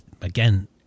again